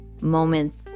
moments